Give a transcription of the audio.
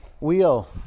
Wheel